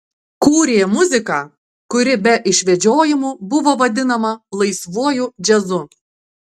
kūrė muziką kuri be išvedžiojimų buvo vadinama laisvuoju džiazu